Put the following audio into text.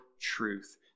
truth